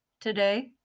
today